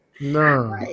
No